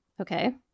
okay